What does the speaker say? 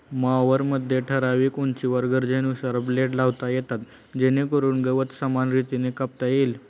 मॉवरमध्ये ठराविक उंचीवर गरजेनुसार ब्लेड लावता येतात जेणेकरून गवत समान रीतीने कापता येईल